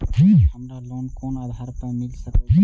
हमरा लोन कोन आधार पर मिल सके छे?